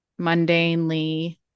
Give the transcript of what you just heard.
mundanely